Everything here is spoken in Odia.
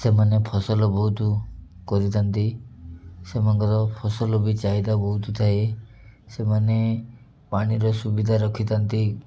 ସେମାନେ ଫସଲ ବହୁତ କରିଥାନ୍ତି ସେମାନଙ୍କର ଫସଲ ବି ଚାହିଦା ବହୁତ ଥାଏ ସେମାନେ ପାଣିର ସୁବିଧା ରଖିଥାନ୍ତି